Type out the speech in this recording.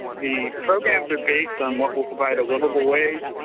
the programs are based on what will provide a livable wage,